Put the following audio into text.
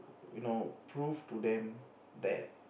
you know prove to them that